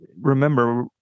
remember